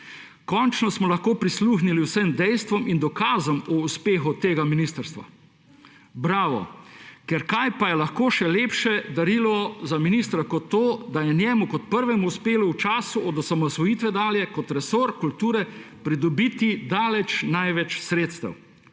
končno smo lahko prisluhnili vsem dejstvom in dokazom o uspehu tega ministrstva. Bravo! Ker kaj pa je lahko še lepše darilo za ministra kot to, da je njemu kot prvemu uspelo v času od osamosvojitve dalje kot resor kulture pridobiti daleč največ sredstev?